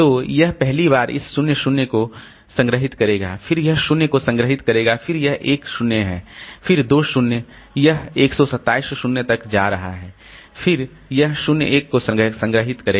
तो यह पहली बार इस 0 0 को संग्रहीत करेगा फिर यह 0 को संग्रहीत करेगा फिर एक 1 0 है फिर 2 0 यह 127 0 तक जा रहा है फिर यह 0 1 को संग्रहीत करेगा